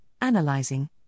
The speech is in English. analyzing